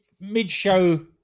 mid-show